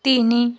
ତିନି